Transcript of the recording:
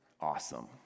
awesome